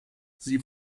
sie